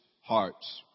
hearts